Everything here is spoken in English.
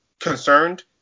concerned